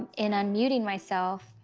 in unmuting myself,